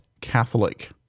Catholic